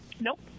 Nope